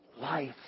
life